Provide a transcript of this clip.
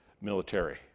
military